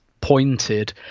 pointed